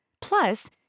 Plus